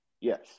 Yes